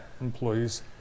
Employees